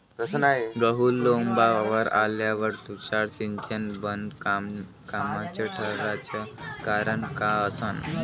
गहू लोम्बावर आल्यावर तुषार सिंचन बिनकामाचं ठराचं कारन का असन?